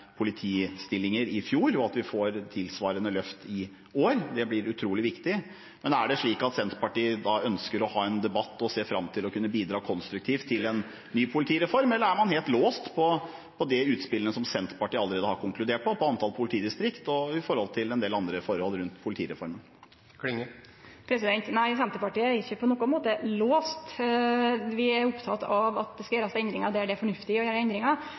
politistillinger, og at vi får et tilsvarende løft i år. Det blir utrolig viktig. Er det slik at Senterpartiet ønsker å ha en debatt og ser fram til å kunne bidra konstruktivt til en ny politireform, eller er man helt låst til de utspillene der Senterpartiet allerede har konkludert, som gjelder antall politidistrikter og en del andre forhold rundt politireformen? Nei, Senterpartiet er ikkje på nokon måte låst. Vi er opptekne av at det skal gjerast endringar der det er fornuftig å